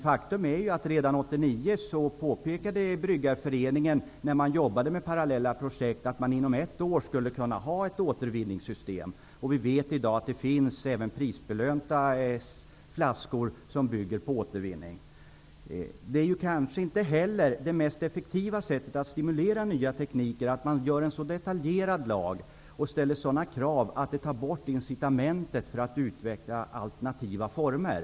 Faktum är dock att redan 1989 påpekade Bryggarföreningen, när man jobbade med parallella projekt, att man inom ett år skulle kunna ha ett återvinningssystem. Vi vet i dag att det även finns prisbelönta flaskor som bygger på återvinning. Det är kanske inte det mest effektiva sättet att stimulera nya tekniker att man stiftar en så detaljerad lag och ställer sådana krav att det tar bort incitamentet att utveckla alternativa former.